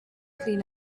clean